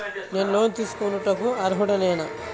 నేను లోన్ తీసుకొనుటకు అర్హుడనేన?